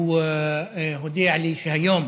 הוא הודיע לי שהיום